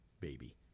Baby